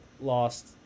lost